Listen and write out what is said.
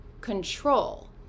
control